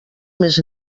més